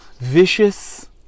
vicious